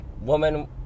Woman